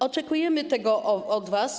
Oczekujemy tego od was.